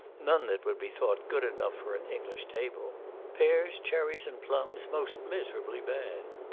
none that would be thought good enough for an english table pears, cherries, and plums most miserably bad.